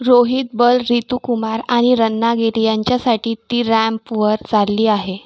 रोहित बाल रितू कुमार आणि रन्ना गिल यांच्यासाठी ती रॅम्पवर चालली आहे